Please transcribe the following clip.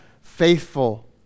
faithful